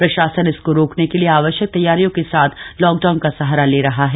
प्रशासन इसको रोकने के लिए आवश्यक तैयारियों के साथ लॉकडाउन का सहारा ले रहा है